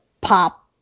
pop